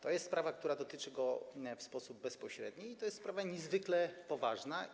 To jest sprawa, która dotyczy go w sposób bezpośredni, i to jest sprawa niezwykle poważna.